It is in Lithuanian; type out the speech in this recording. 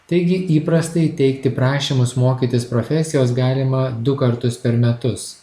taigi įprastai teikti prašymus mokytis profesijos galima du kartus per metus